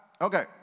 Okay